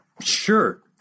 Sure